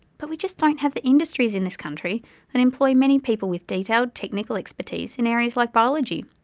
but we just don't have the industries in this country that employ many people with detailed technical expertise in areas like biology,